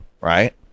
Right